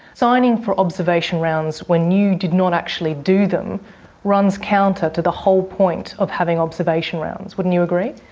signing for observation rounds when you did not actually do them runs counter to the whole point of having observation rounds, wouldn't you agree?